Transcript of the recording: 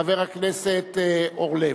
חבר הכנסת אורלב.